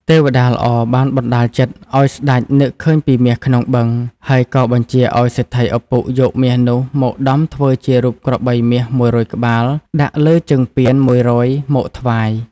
ទេវតាល្អបានបណ្ដាលចិត្តឲ្យស្តេចនឹកឃើញពីមាសក្នុងបឹង ហើយក៏បញ្ជាឲ្យសេដ្ឋីឪពុកយកមាសនោះមកដំធ្វើជា រូបក្របីមាស ១០០ ក្បាល ដាក់លើជើងពាន ១០០ មកថ្វាយ។